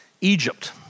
Egypt